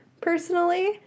personally